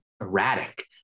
erratic